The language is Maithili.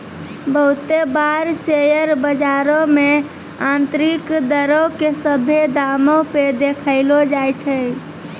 बहुते बार शेयर बजारो मे आन्तरिक दरो के सभ्भे दामो पे देखैलो जाय छै